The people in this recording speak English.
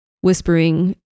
whispering